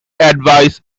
advice